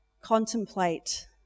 contemplate